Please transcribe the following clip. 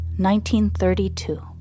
1932